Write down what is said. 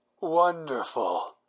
Wonderful